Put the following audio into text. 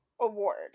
Award